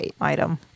item